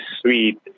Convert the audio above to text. sweet